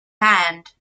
hand